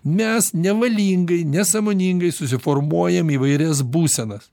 mes nevalingai nesąmoningai susiformuojam įvairias būsenas